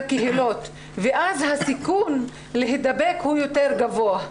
קהילות והסיכון שלהן להידבק יותר גבוה.